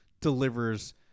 delivers